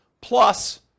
plus